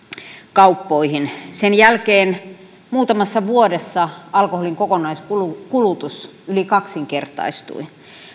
kauppoihin sen jälkeen muutamassa vuodessa alkoholin kokonaiskulutus yli kaksinkertaistui